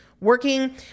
working